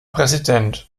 präsident